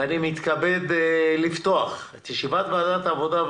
ואני מתכבד לפתוח את ישיבת ועדת העבודה,